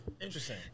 Interesting